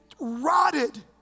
rotted